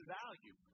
value